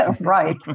Right